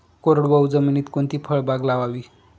कोरडवाहू जमिनीत कोणती फळबाग लावावी?